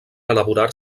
elaborar